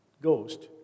Ghost